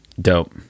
Dope